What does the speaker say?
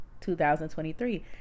2023